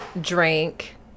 drink